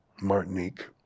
Martinique